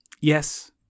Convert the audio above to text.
yes